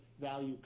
value